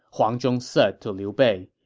huang zhong said to liu bei.